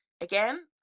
again